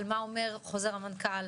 על מה אומר חוזר המנכ"ל,